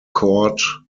chord